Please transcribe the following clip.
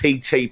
PT